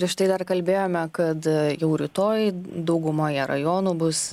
prieš tai dar kalbėjome kad ee jau rytoj daugumoje rajonų bus